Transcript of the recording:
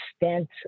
extent